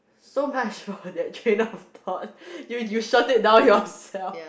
so much for that change out of thought you you sort it out yourself